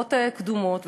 בתקופות קדומות.